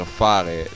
fare